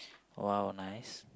!wow! nice